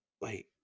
Wait